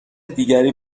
دیگری